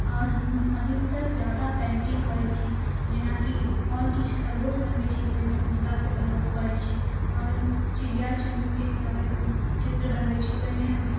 आओर हम अधिकतर जादा पेण्टिङ्ग करैत छी जेना कि आओर किछु खरगोश बनबैत छी तऽ ओहिमे उजलाके प्रयोग करैत छी आओर चिड़िया चुनमुनके अगर चित्र बनबैत छी ओहिमे हम